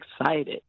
excited